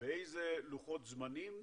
באיזה לוחות זמנים,